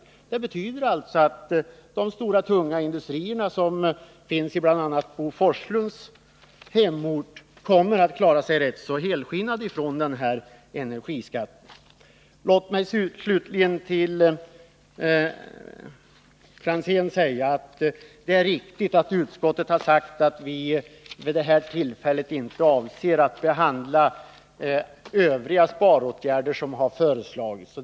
Det betyder alltså att de stora tunga industrierna, som finns bl.a. i Bo Forslunds hemort, kommer att klara sig rätt helskinnade från den här energiskattehöjningen. Låt mig sedan till Tommy Franzén säga att det är riktigt att utskottet vid det här tillfället inte har behandlat andra föreslagna sparåtgärder.